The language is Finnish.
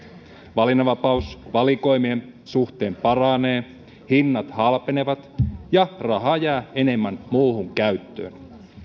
valinnanvapaus valikoimien suhteen paranee hinnat halpenevat ja rahaa jää enemmän muuhun käyttöön